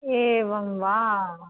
एवं वा